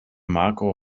marco